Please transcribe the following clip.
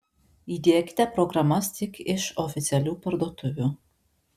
įdiekite programas tik iš oficialių parduotuvių